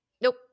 Nope